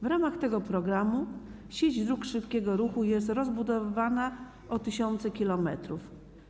W ramach tego programu sieć dróg szybkiego ruchu jest rozbudowywana o tysiące kilometrów.